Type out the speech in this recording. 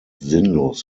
sinnlos